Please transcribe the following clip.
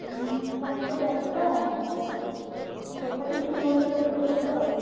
ହୁଁ କମ୍ ତ ବାହାରିବା ତଥାପି ତିନି ହଜାର ଉପରେ ପଢ଼ିବା